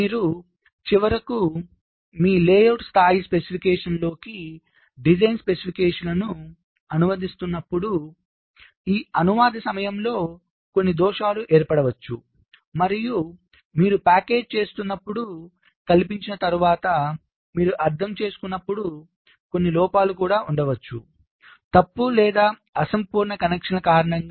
మీరు చివరకు మీ లేఅవుట్ స్థాయి స్పెసిఫికేషన్లోకి డిజైన్ స్పెసిఫికేషన్ను అనువదిస్తున్నప్పుడు ఈ అనువాదం సమయంలో కొన్ని దోషాలు ఏర్పడవచ్చు మరియు మీరు ప్యాకేజింగ్ చేస్తున్నప్పుడు కల్పించిన తర్వాత మీరు అర్థం చేసుకున్నప్పుడు కొన్ని లోపాలు కూడా ఉండవచ్చు తప్పు లేదా అసంపూర్ణ కనెక్షన్ల కారణంగా